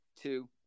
two